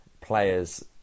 Players